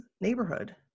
neighborhood